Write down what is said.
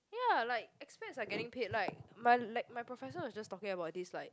ya like expats are getting paid like my le~ my professor was just talking about this like